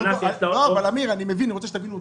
אני רוצה שתבינו אותו.